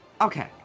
okay